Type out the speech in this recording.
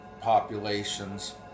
populations